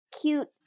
cute